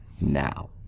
now